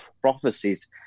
prophecies